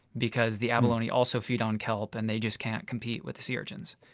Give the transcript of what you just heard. because the abalone also feed on kelp and they just can't compete with the sea urchins.